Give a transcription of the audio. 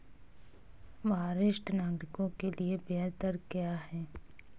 वरिष्ठ नागरिकों के लिए ब्याज दर क्या हैं?